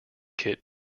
kit